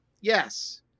Yes